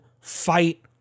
fight